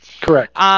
Correct